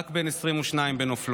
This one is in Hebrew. רק בן 22 בנופלו.